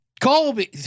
Colby